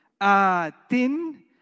a-tin